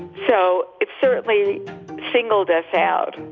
so it's certainly singled us out.